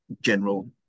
general